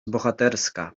bohaterska